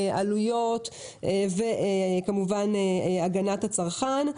עלויות וכמובן הגנת הצרכן.